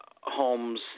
homes